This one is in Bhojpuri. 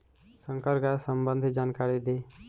संकर गाय सबंधी जानकारी दी?